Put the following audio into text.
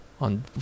on